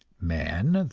man,